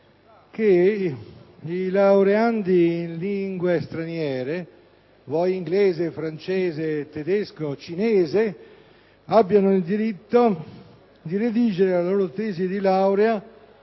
che i laureandi in lingue straniere, vuoi inglese, vuoi francese, tedesco o cinese, abbiano il diritto di redigere la loro tesi di laurea